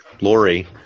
Lori